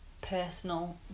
personal